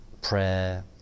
prayer